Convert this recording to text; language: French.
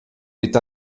est